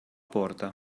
porta